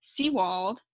Seawald